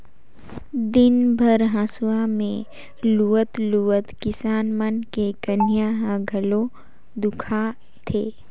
दिन भर हंसुआ में लुवत लुवत किसान मन के कनिहा ह घलो दुखा थे